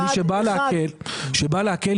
אתה צריך לשלם מס רכישה של 8%. או לא לשלם בכלל,